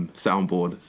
soundboard